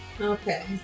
Okay